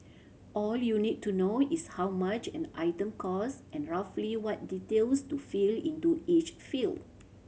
all you need to know is how much an item cost and roughly what details to fill into each field